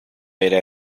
era